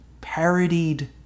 parodied